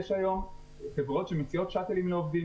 יש היום חברות שמציעות שאטלים לעובדים